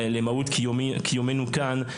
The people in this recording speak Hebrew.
למהות קיומנו כאן,